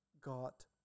got